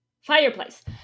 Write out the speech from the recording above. fireplace